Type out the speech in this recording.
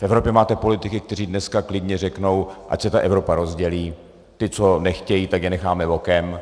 V Evropě máte politiky, kteří dneska klidně řeknou: Ať se ta Evropa rozdělí, ti, co nechtějí, tak je necháme bokem.